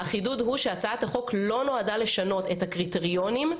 שהצעת החוק לא נועדה לשנות את הקריטריונים.